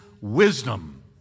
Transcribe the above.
wisdom